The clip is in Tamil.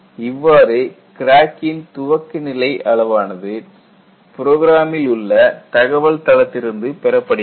இவ்வாறு கிராக்கின் துவக்கநிலை அளவானது புரோகிராமில் உள்ள தகவல் தளத்திலிருந்து பெறப்படுகிறது